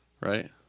Right